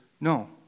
no